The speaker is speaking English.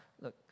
Look